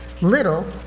little